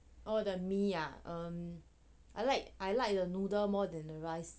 oh the mee ah um I like I like the noodle more than the rice